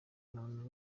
muntu